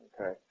Okay